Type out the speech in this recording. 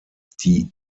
die